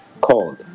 called